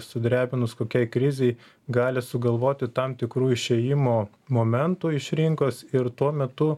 sudrebinus kokiai krizei gali sugalvoti tam tikrų išėjimo momentų iš rinkos ir tuo metu